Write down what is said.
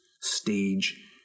stage